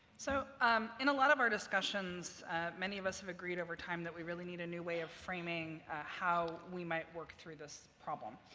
so um in a lot of our discussions many of us have agreed over time that we really need a new way of framing how we might work through this problem.